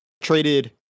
traded